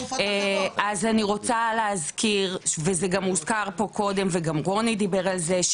אז אני רוצה להזכיר וזה גם הוזכר פה קודם וגם רוני דיבר על זה,